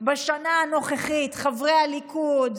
בשנה הנוכחית, חברי הליכוד,